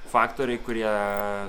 faktoriai kurie